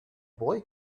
boy